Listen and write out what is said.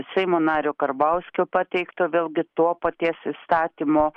seimo nario karbauskio pateikto vėlgi to paties įstatymo